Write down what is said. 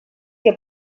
que